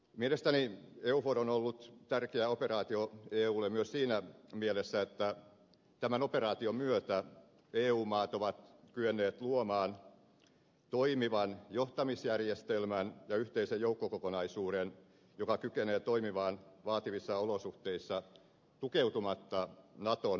mielestäni eufor on ollut tärkeä operaatio eulle myös siinä mielessä että tämän operaation myötä eu maat ovat kyenneet luomaan toimivan johtamisjärjestelmän ja yhteisen joukkokokonaisuuden joka kykenee toimimaan vaativissa olosuhteissa tukeutumatta naton voimavaroihin